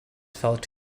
felt